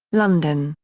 london,